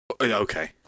Okay